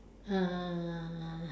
uh